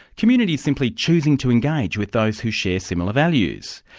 communities simply choosing to engage with those who share similar values?